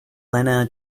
lenna